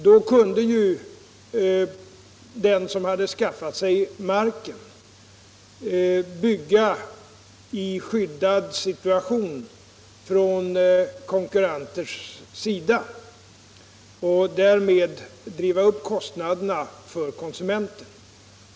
Då kunde ju den som hade skaffat sig marken bygga skyddad för konkurrenter och därmed driva upp kostnaderna för konsumenten.